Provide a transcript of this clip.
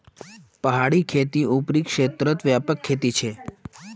पहाड़ी खेती ऊपरी क्षेत्रत व्यापक खेती छे